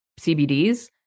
CBDs